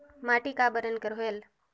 माटी का बरन कर होयल?